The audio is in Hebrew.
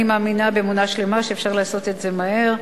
אני מאמינה באמונה שלמה שאפשר לעשות את זה מהר,